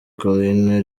collines